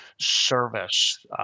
service